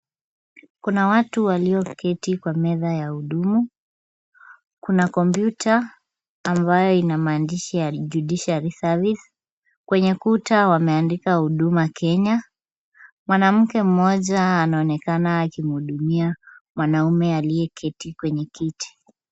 Kuna watu walioketi kwa meza ya huduma. Kuna kompyuta ambayo ina maandishi ya Judiciary service . Kwenye kuta wameandika huduma Kenya. Mwanamke mmoja anaonekana akimhudumia mwanaume aliyeketi kwenye kiti.